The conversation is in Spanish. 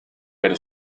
pero